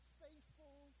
faithful